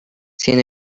sin